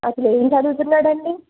అసలు ఎం చదువుతున్నాడు అండి